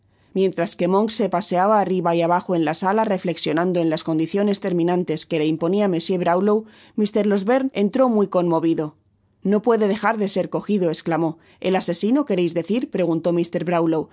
mientras que monks se paseaba arriba y abajo en la sala reflecsionando en las condiciones terminantes que le imponia monsieur brownlow mr losberne entró muy conmovido no puede dejar de ser cojido esclamó el asesino queréis decir preguntó